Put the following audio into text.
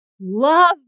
love